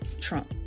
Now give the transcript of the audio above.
Trump